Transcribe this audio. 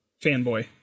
fanboy